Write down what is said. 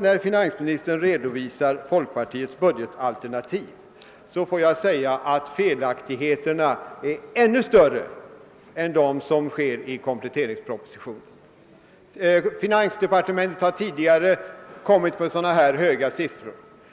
När finansministern redovisade folkpartiets budgetalternativ gjorde han sig skyldig till ännu större felaktigheter än de som finns i kompletteringspropositionen. Finansdepartementet har tidigare lämnat de här höga siffrorna,